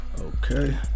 Okay